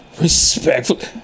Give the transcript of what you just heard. respectfully